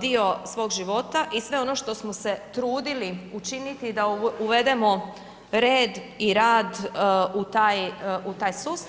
dio svog života i sve ono što smo se trudili učiniti da uvedemo red i rad u taj sustav.